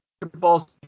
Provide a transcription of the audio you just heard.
basketball